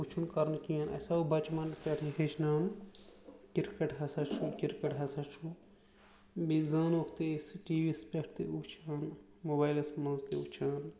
وُچھُن کَرُن کِہیٖنۍ اَسہِ آو بَچپَن پٮ۪ٹھٕ ہیٚچھناونہٕ کِرکَٹ ہَسا چھِ کِرکَٹ ہَسا چھُ بیٚیہِ زانہوکھ تہِ أسۍ سُہ ٹی وی یَس پٮ۪ٹھ تہِ وٕچھان موبایلَس منٛز تہِ وٕچھان